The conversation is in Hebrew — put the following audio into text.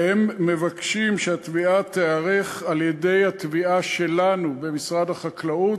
והם מבקשים שהתביעה תיערך על-ידי התביעה שלנו במשרד החקלאות.